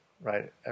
right